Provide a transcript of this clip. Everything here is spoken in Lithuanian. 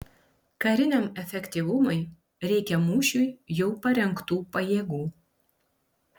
kariniam efektyvumui reikia mūšiui jau parengtų pajėgų